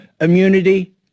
immunity